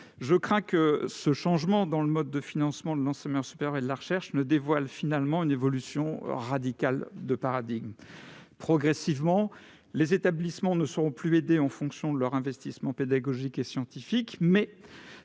Je crains que ce changement dans le mode de financement de l'enseignement supérieur et de la recherche ne dévoile finalement une évolution radicale de paradigme. Progressivement, les établissements seront aidés en fonction non plus de leur investissement pédagogique et scientifique, mais